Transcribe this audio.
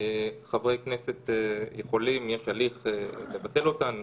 חברי כנסת יכולים יש הליך לבטל אותן,